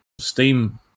Steam